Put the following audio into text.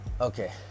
okay